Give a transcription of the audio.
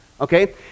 okay